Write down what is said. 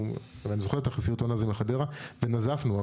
ואני זוכר את הסרטון הזה מחדרה, ונזפנו.